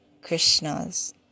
Krishnas